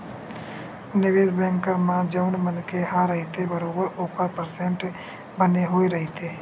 निवेस बेंकर म जउन मनखे ह रहिथे बरोबर ओखर परसेंट बने होय रहिथे